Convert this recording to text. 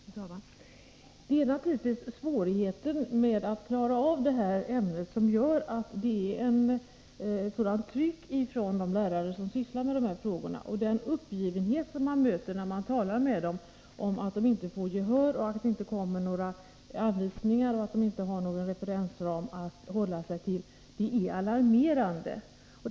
Fru talman! Det är naturligtvis svårigheten att klara av det här ämnet som gör att det är ett sådant tryck från de lärare som sysslar med dessa frågor. Den uppgivenhet som man möter när man talar med dem -— över att de inte får gehör, att det inte kommer några anvisningar och att de inte har några referensramar att hålla sig till — är alarmerande.